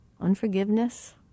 Unforgiveness